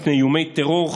מפני איומי טרור,